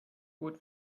bot